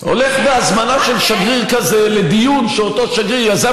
הולך בהזמנה של שגריר כזה לדיון שאותו שגריר יזם,